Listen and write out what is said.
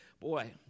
Boy